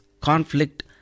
conflict